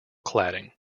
cladding